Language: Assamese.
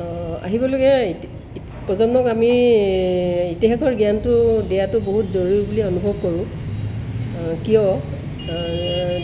আহিবলগীয়া প্ৰজন্মক আমি ইতিহাসৰ জ্ঞানটো দিয়াতো বহুত জৰুৰী বুলি অনুভৱ কৰোঁ কিয়